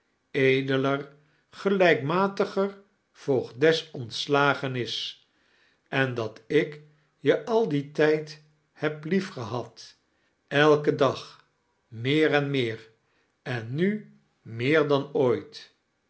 edeler gelijkmatiger voogdes ontsiagen is en dat ik je al dien tijd heb liefgehad elkm dag meer en meer en nu meer dan ooit